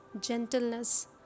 gentleness